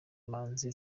manzi